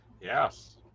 Yes